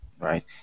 Right